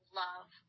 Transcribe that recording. love